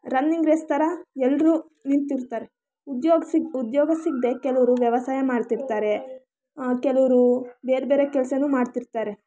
running race ಥರ ಎಲ್ಲರೂ ನಿಂತಿರ್ತಾರೆ ಉದ್ಯೋಗ ಸಿಗದೇ ಉದ್ಯೋಗ ಸಿಗದೇ ಕೆಲವರು ವ್ಯವಸಾಯ ಮಾಡ್ತಿರ್ತಾರೆ ಕೆಲವರು ಬೇರೆ ಬೇರೆ ಕೆಲಸನೂ ಮಾಡ್ತಿರ್ತಾರೆ